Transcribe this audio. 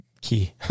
key